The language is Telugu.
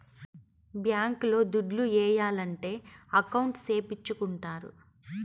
బ్యాంక్ లో దుడ్లు ఏయాలంటే అకౌంట్ సేపిచ్చుకుంటారు